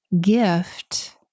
gift